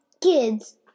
kids